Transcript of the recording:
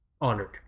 honored